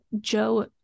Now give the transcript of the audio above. Joe